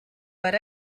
per